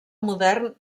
modern